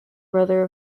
brother